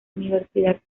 universidad